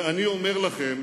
ואני אומר לכם: